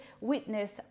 witness